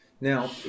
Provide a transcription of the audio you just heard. Now